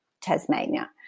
Tasmania